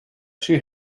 she